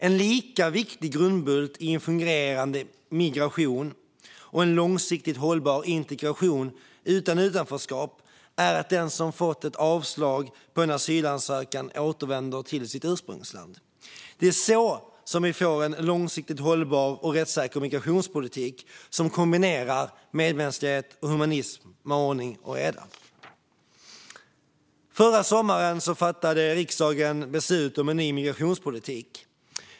En lika viktig grundbult i en fungerande migration och en långsiktigt hållbar integration utan utanförskap är att den som fått ett avslag på en asylansökan återvänder till sitt ursprungsland. Det är så vi får en långsiktigt hållbar och rättssäker migrationspolitik som kombinerar medmänsklighet och humanism med ordning och reda. Förra sommaren fattade riksdagen beslut om en ny migrationspolitik.